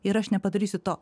ir aš nepadarysiu to